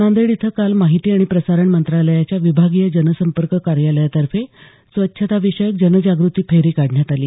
नांदेड इथं काल माहिती आणि प्रसारण मंत्रालयाच्या विभागीय जनसंपर्क कार्यालयातर्फे स्वच्छतेविषयक जनजागृती फेरी काढण्यात आली